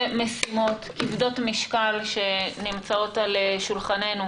משימות כבדות משקל שנמצאות על שולחננו: